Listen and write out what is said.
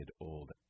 old